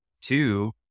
Two